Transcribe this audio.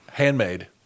Handmade